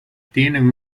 tienen